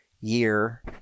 year